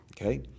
Okay